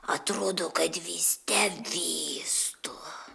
atrodo kad vyste vystu